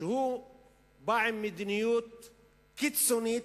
שהוא בא עם מדיניות קיצונית,